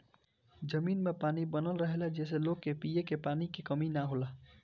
जमीन में पानी बनल रहेला जेसे लोग के पिए के पानी के कमी ना होला